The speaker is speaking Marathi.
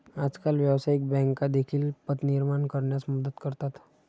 आजकाल व्यवसायिक बँका देखील पत निर्माण करण्यास मदत करतात